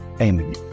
Amen